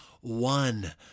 one